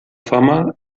fama